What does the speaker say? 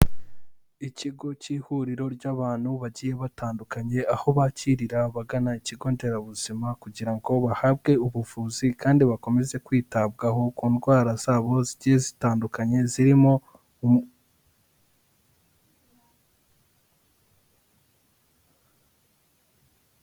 Ikigo cy'ihuriro ry'abantu bagiye batandukanye, aho bakirira abagana ikigo nderabuzima kugira ngo bahabwe ubuvuzi kandi bakomeze kwitabwaho ku ndwara zabo zigiye zitandukanye zirimo.